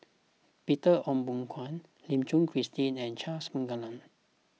Peter Ong Boon Kwee Lim Suchen Christine and Charles Paglar